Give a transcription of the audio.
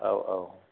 औ औ